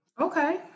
Okay